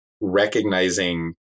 recognizing